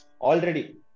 already